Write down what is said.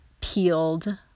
peeled